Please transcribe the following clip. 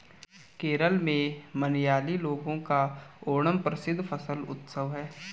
केरल में मलयाली लोगों का ओणम प्रसिद्ध फसल उत्सव है